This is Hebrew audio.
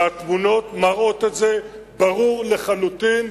והתמונות מראות את זה ברור לחלוטין.